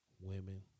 women